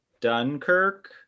Dunkirk